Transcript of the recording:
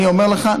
אני אומר לך,